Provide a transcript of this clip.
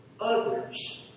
others